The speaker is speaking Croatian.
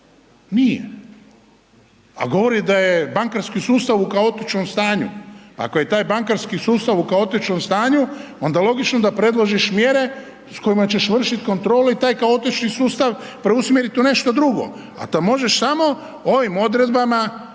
Nije. A govori da je bankarski sustav u kaotičnom stanju. Ako je taj bankarski sustav u kaotičnom stanju, onda logično da predložiš mjere s kojima ćeš vršit kontrolu i taj kaotični sustav preusmjerit u nešto drugo a to možeš samo ovim odredbama koje